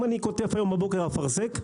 אם אני קוטף היום בבוקר אפרסק,